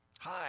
Hi